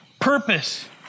purpose